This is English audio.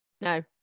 no